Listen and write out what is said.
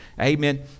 Amen